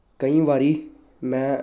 ਕਈ ਵਾਰੀ ਮੈਂ